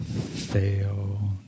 fail